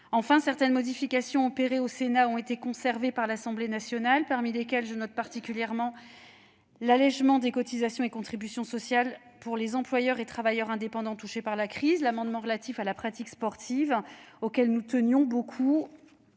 Enfin, certaines modifications opérées au Sénat ont été conservées par l'Assemblée nationale. Parmi celles-ci, je note particulièrement : l'allégement des cotisations et contributions sociales pour les employeurs et travailleurs indépendants touchés par la crise ; les dispositions relatives à la pratique sportive en entreprise, auxquelles nous tenions beaucoup